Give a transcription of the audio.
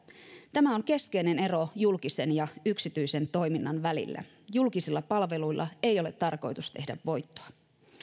tämä on keskeinen ero julkisen ja yksityisen toiminnan välillä julkisilla palveluilla ei ole tarkoitus tehdä voittoa